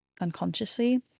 unconsciously